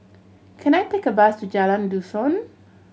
can I take a bus to Jalan Dusun